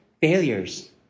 failures